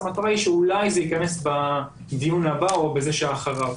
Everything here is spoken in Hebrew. המטרה היא שאולי זה ייכנס בדיון הבא או בזה שלאחריו,